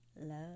love